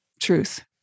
truth